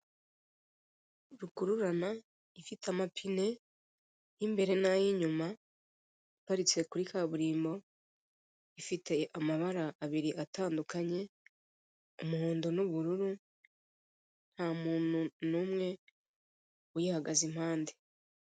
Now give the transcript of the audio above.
Rukururana ifite amapine y'imbere n'ay'inyuma iparitse kuri kaburimbo, ifite amabara abiri atandukanye, umuhondo n'ubururu, nta muntu n'umwe uyihagaze iruhande.